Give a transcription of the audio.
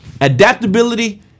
adaptability